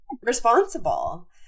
responsible